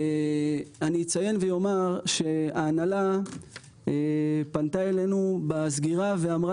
אני אציין ואומר שההנהלה פנתה אלינו בסגירה ואמרה